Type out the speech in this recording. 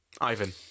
Ivan